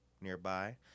nearby